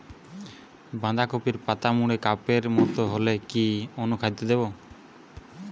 বাঁধাকপির পাতা মুড়ে কাপের মতো হলে কি অনুখাদ্য দেবো?